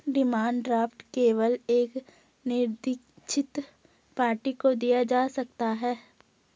demand draft केवल एक निरदीक्षित पार्टी को दिया जा सकता है